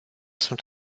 sunt